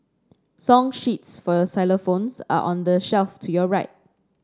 song sheets for xylophones are on the shelf to your right